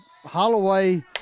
Holloway